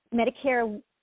Medicare